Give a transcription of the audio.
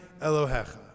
elohecha